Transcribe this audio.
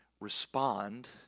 respond